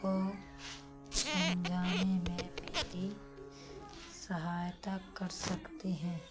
को समझाने में मेरी सहायता कर सकते हैं